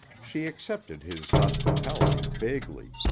she accepted his hospitality vaguely,